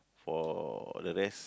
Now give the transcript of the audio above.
for the rest